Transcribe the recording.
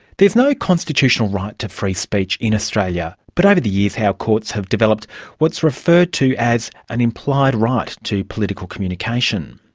there is no constitutional right to free speech in australia, but over the years our courts have developed what's referred to as an implied right to political communication.